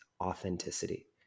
authenticity